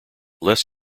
less